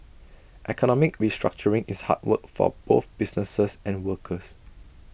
economic restructuring is hard work for both businesses and workers